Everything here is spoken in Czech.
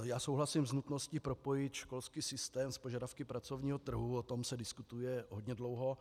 Já souhlasím s nutností propojit školský systém s požadavky pracovního trhu, o tom se diskutuje hodně dlouho.